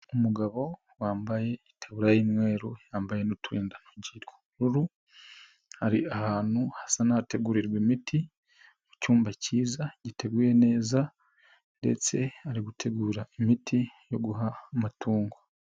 Umugabo wambaye itaburiya y'umweru yambaye n'uturindantoki tw'ubururu ari ahantu hasa nk'ahategurirwa imiti mu cyumba cyiza giteguye neza ndetse ari gutegura imiti yo guha amatungo.